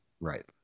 right